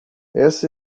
esta